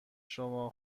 شما